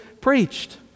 preached